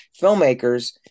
filmmakers